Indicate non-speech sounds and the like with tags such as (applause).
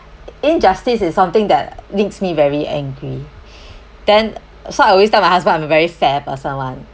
injustice is something that makes me very angry (breath) then so I always tell my husband I'm a very fair person [one]